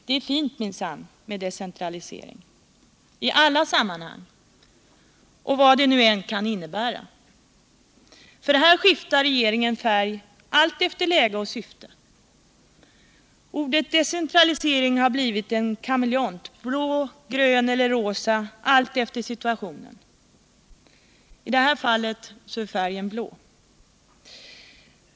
Det är fint minsann med decentralisering — i alla sammanhang och vad den än kan innebära. Här skiftar regeringen färg, allt efter läge och syfte. Ordet decentralisering har blivit en kameleont — blå, grön eller rosa alltefter situationen. I detta fall är färgen blå.